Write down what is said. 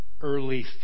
early